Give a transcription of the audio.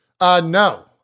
No